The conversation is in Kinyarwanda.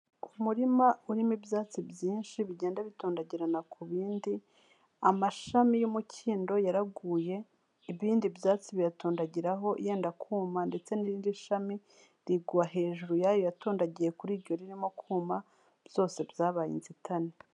Ku murima urimo ibyatsi byinshi, bigenda bitondagirana ku bindi, amashami y'umukindo yaraguye, ibindi byatsi biyatondagiraho yenda kuma ndetse n'irindi shami rigwa hejuru yayo yatondagiye kuri iryo ririmo kuma, byose byabaye inzitane.